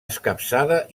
escapçada